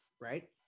right